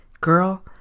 Girl